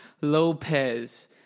Lopez